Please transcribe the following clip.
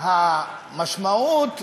המשמעות הרגילה,